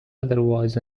otherwise